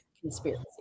conspiracy